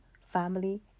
family